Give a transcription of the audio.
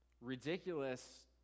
ridiculous